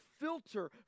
filter